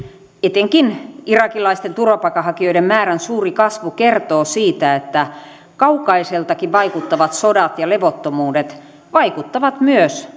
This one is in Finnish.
etenkin irakilaisten turvapaikanhakijoiden määrän suuri kasvu kertoo siitä että kaukaisiltakin vaikuttavat sodat ja levottomuudet vaikuttavat myös